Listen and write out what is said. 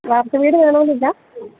വാർക്കവീട് വേണമെന്നില്ല